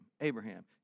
Abraham